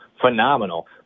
phenomenal